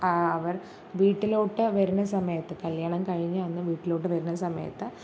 അവർ വീട്ടിലോട്ടു വരുന്ന സമയത്ത് കല്ല്യാണം കഴിഞ്ഞ അന്ന് വീട്ടിലോട്ട് വരുന്ന സമയത്ത്